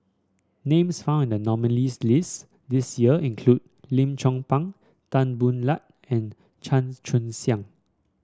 names found in the nominees' list this year include Lim Chong Pang Tan Boo Liat and Chan Chun Sing